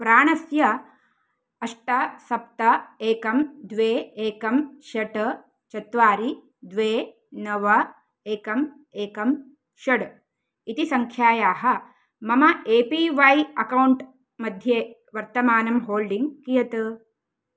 प्राणस्य अष्ट सप्त एकं द्वे एकं षट् चत्वारि द्वे नव एकम् एकं षड् इति सङ्ख्यायाः मम ए पी वै अकौण्ट् मध्ये वर्तमानं होल्डिङ्ग् कियत्